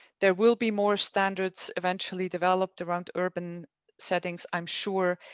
there will be more standards eventually developed around urban settings, i'm sure,